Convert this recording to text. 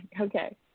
Okay